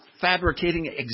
fabricating